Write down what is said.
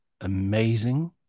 amazing